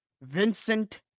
Vincent